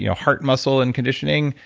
you know heart muscle and conditioning?